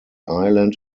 island